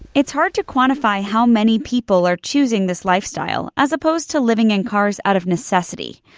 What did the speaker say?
it's hard to quantify how many people are choosing this lifestyle as opposed to living in cars out of necessity.